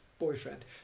boyfriend